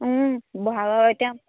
এতিয়া